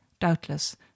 doubtless